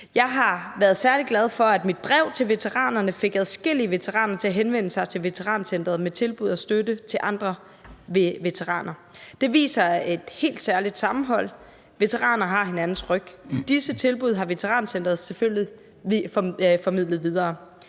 Jeg har været særlig glad for, at mit brev til veteranerne fik adskillige veteraner til at henvende sig til Veterancentret med tilbud og støtte til andre veteraner. Det viser et helt særligt sammenhold, hvor veteraner har hinandens ryg. Disse tilbud har Veterancentret selvfølgelig formidlet videre.